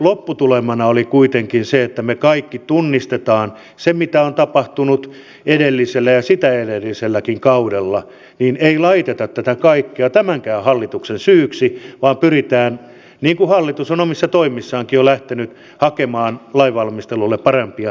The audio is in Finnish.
kun kriisinhallintatoiminta on mennyt enemmän ja enemmän koalitioitten suuntaan koalitiokonseptien suuntaan suomi osallistuu erilaisiin koalitioihin kriisinhallintaoperaatioissa niin pidättekö tätä kaikkea tämänkään hallituksen syyksi vaan pyritään vilkuhallitus on omissa toimissaankinlähtenyt hakemaan lainvalmistelulle parempia